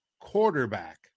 quarterback